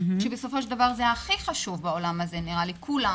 שבסופו של דבר זה הכי חשוב באולם הזה לכולם.